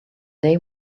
day